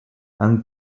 and